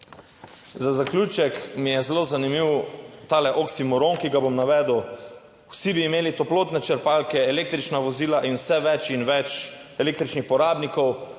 Za zaključek mi je zelo zanimiv tale oksimoron, ki ga bom navedel. Vsi bi imeli toplotne črpalke, električna vozila in vse več in več električnih porabnikov,